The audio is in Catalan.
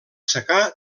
secà